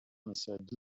answered